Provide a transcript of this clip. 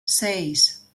seis